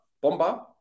Bomba